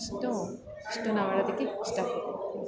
ಇಷ್ಟು ಇಷ್ಟು ನಾವು ಹೇಳೋದಕ್ಕೆ ಇಷ್ಟ ಪಡ್ತೇನೆ